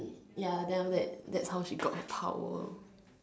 ya then that that's how she got her power